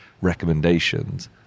recommendations